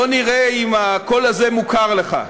בוא נראה אם הקול הזה מוכר לך,